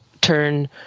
turn